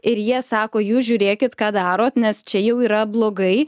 ir jie sako jūs žiūrėkit ką darot nes čia jau yra blogai